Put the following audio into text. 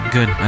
Good